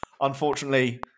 unfortunately